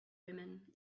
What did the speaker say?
women